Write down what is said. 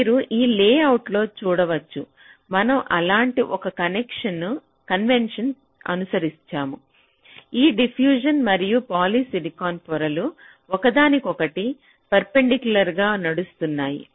మీరు ఈ లేఅవుట్లో చూడవచ్చు మనం అలాంటి ఒక కన్వెన్షన్ అనుసరించాము ఈ డిఫ్యూషన్ మరియు పాలిసిలికాన్ పొరలు ఒకదానికొకటి పర్పెండికులర్ గా నడుస్తున్నాయి